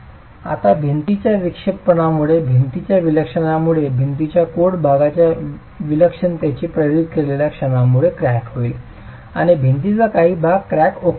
आता भिंतीच्या विक्षेपणामुळे भिंतीच्या विक्षेपणामुळे भिंतीच्या लोड भागाच्या विलक्षणतेने प्रेरित केलेल्या क्षणामुळे क्रॅक होईल आणि भिंतीचा काही भाग क्रॅक ओके राहील